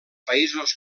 països